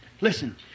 Listen